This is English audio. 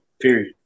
period